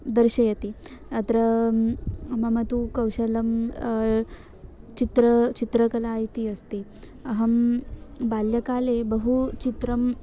दर्शयति अत्र मम तु कौशलं चित्रं चित्रकला इति अस्ति अहं बाल्यकाले बहु चित्रं